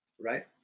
right